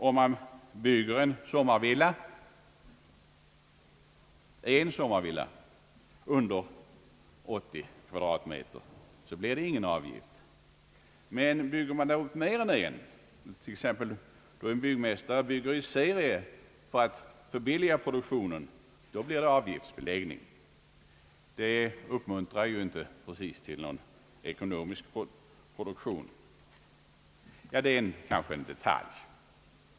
Om man bygger en sommarvilla under 80 kvadratmeter, blir det ingen avgift, men bygger man mer än en, t.ex. då en byggmästare bygger en serie för att förbilliga produktionen, då blir det avgiftsbeläggning. Detta uppmuntrar inte precis till någon ekonomisk produktion. Ja, det är kanske en detalj.